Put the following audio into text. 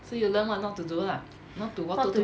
so you learn what not to do lah not too water too much